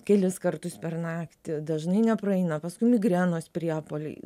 kelis kartus per naktį dažnai nepraeina paskui migrenos priepuoliai